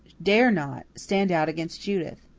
dare not, stand out against judith.